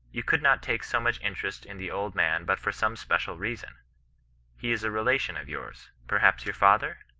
you could not take so much interest in the old man but for some special reason he is a rela tion of yours, perhaps your father?